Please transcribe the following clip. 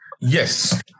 Yes